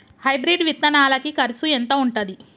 Hybrid విత్తనాలకి కరుసు ఎంత ఉంటది?